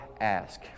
ask